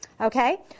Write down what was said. Okay